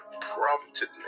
prompted